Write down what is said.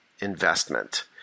investment